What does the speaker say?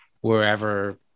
wherever